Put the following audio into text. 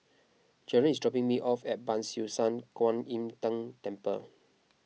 Jaron is dropping me off at Ban Siew San Kuan Im Tng Temple